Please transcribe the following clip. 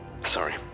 Sorry